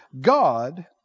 God